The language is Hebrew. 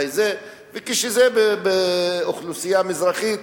וכשזה באוכלוסייה מזרחית,